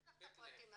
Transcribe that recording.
יש לך את הפרטים.